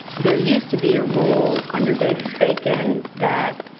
there used to be a rule under davis-bacon that